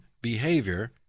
behavior